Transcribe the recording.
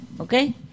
okay